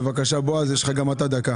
בבקשה בועז יש לך גם אתה דקה.